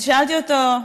שאלתי אותו,